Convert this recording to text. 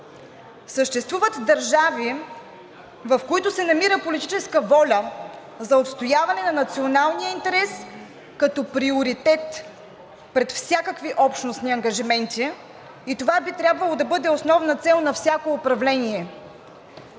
Съществуват държави, в които се намира политическа воля за отстояване на националния интерес като приоритет пред всякакви общностни ангажименти и това би трябвало да бъде основна цел на всяко управление.